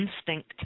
instinct